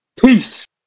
Peace